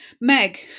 Meg